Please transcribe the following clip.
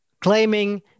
claiming